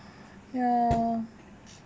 ya